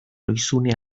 lohizune